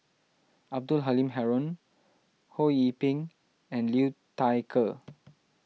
Abdul Halim Haron Ho Yee Ping and Liu Thai Ker